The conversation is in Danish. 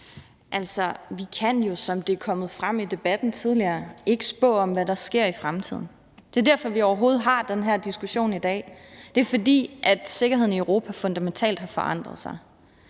vi kan jo, som det er kommet frem i debatten tidligere, ikke spå om, hvad der sker i fremtiden. Det er derfor, at vi overhovedet har den her diskussion i dag. Det er, fordi sikkerheden i Europa fundamentalt har forandret sig.